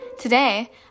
Today